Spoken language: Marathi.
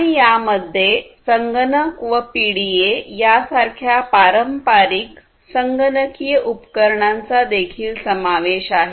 आणि यामध्ये संगणक व पीडीए सारख्या पारंपारिक संगणकीय उपकरणांचा देखील समावेश आहे